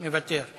מוותר.